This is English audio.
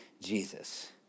Jesus